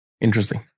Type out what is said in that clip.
interesting